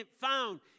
found